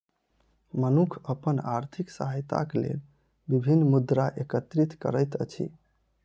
मनुख अपन आर्थिक सहायताक लेल विभिन्न मुद्रा एकत्रित करैत अछि